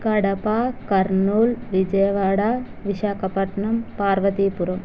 Kadapa Kurnool Vijayawada Visakhapatnam Parvathipuram